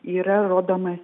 yra rodomas